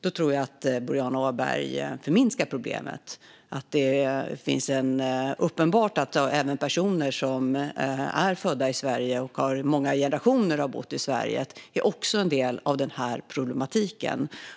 Jag tror att Boriana Åberg därigenom förminskar problemet. Det är uppenbart att personer som är födda i Sverige och vars familj har bott i Sverige i många generationer också är en del av denna problematik.